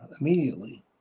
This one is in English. immediately